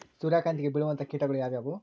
ಸೂರ್ಯಕಾಂತಿಗೆ ಬೇಳುವಂತಹ ಕೇಟಗಳು ಯಾವ್ಯಾವು?